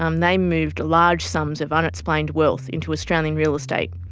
um they moved large sums of unexplained wealth into australian real estate.